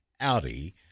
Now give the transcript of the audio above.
Audi